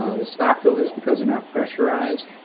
the stock filters, because they're not pressurized,